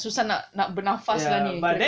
susah nak nak bernafas lah ni